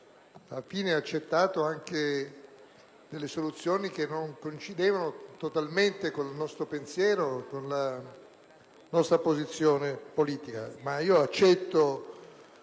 abbiamo accettato anche delle soluzioni che non coincidevano totalmente con il nostro pensiero e con la nostra posizione politica. Tuttavia, io accetto